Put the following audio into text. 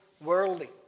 worldly